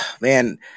Man